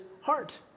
heart